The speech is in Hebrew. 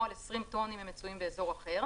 או על 20 טון אם הם מצויים באזור אחר;